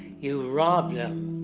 you rob them.